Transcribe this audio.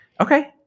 Okay